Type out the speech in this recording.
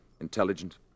intelligent